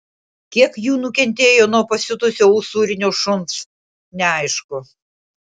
kiek jų nukentėjo nuo pasiutusio usūrinio šuns neaišku